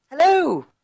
Hello